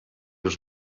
als